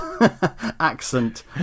accent